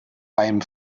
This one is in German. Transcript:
beim